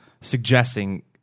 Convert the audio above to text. suggesting